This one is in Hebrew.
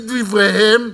לפי דבריהם,